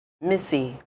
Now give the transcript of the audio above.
Missy